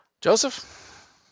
Joseph